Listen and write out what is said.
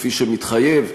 כפי שמתחייב.